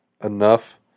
enough